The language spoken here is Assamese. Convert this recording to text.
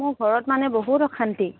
মোৰ ঘৰত মানে বহুত অশান্তি